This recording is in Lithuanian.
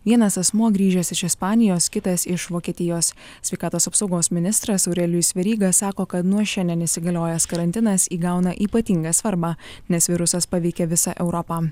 vienas asmuo grįžęs iš ispanijos kitas iš vokietijos sveikatos apsaugos ministras aurelijus veryga sako kad nuo šiandien įsigaliojęs karantinas įgauna ypatingą svarbą nes virusas paveikė visą europą